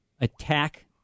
attack